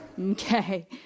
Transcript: Okay